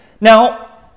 Now